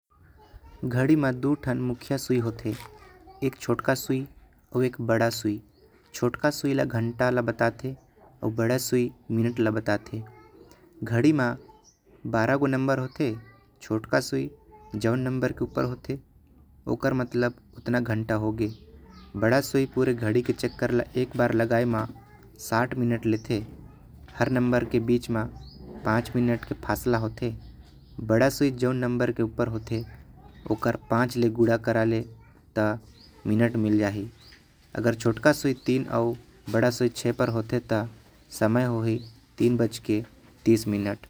घड़ी म दु ठन मुख्या सुई होते। एक छोटा सुई एक बड़ा सुई छोटा सुई घंटा ल बताते। आऊ बड़ा सुई मिनट ल बताते घड़ी म बारा गो नंबर होते। छोटका सुई जो नबर के ऊपर होते ओकर मतलब उतना घंटा होते। बड़ा सुई पूरा घड़ी के चक्कर लगाए म साठ मिनट लेते। हर नबर के बीच म पांच मिनट के फैसला होते। बड़ा सुई जो नंबर के ऊपर होते पांच ले गुना करे ले। ओमे मिनट मिल जाहि छोटका सुई तीन में होते। त आऊ बडका सुई छः म होते तो तीन बज के तीस मिनट होते।